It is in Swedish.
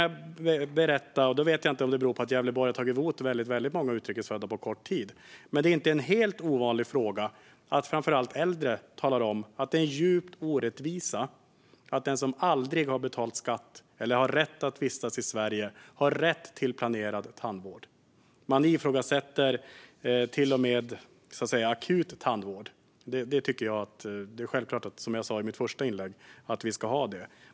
Jag vet inte om det beror på att Gävleborg har tagit många utrikesfödda på kort tid, men jag kan berätta att det inte är helt ovanligt att framför allt äldre talar om att det är en djup orättvisa att den som aldrig har betalat skatt eller inte har rätt att vistas i Sverige har rätt till planerad tandvård. Till och med akut tandvård ifrågasätts, men detta tycker jag är självklart att vi ska ha, som jag sa i mitt första inlägg.